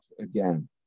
again